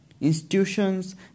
institutions